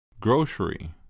Grocery